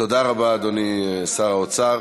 תודה רבה, אדוני שר האוצר.